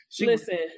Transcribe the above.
Listen